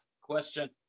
question